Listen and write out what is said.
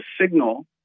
signal